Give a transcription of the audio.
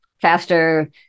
faster